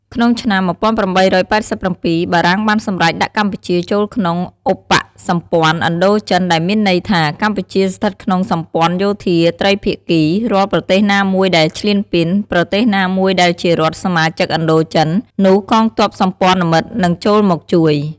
ក្នុងឆ្នាំ ១៨៨៧ បារាំងបានសំរេចដាក់កម្ពុជាចូលក្នុងឧបសម្ព័នឥណ្ឌូចិនដែលមានន័យថា កម្ពុជាស្ថិតក្នុងសម្ព័នយោធាត្រីភាគី រាល់ប្រទេសណាមួយដែលឈ្លានពាន ប្រទេសណាមួយដែលជារដ្ឋសមាជិកឥណ្ឌូចិន នោះកងទ័ពសម្ព័នមិត្តនិងចូលមកជួយ។